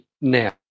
now